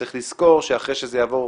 צריך לזכור שאחרי שזה יעבור